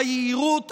היהירות,